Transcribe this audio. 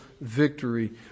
victory